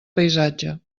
paisatge